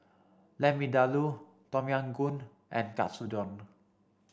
Lamb Vindaloo Tom Yam Goong and Katsudon